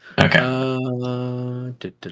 Okay